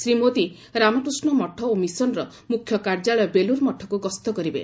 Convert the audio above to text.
ଶ୍ରୀ ମୋଦୀ ରାମକୃଷ୍ଣ ମଠ ଓ ମିଶନ୍ର ମୁଖ୍ୟ କାର୍ଯ୍ୟାଳୟ ବେଲୁର ମଠକୁ ଗସ୍ତ କରିବେ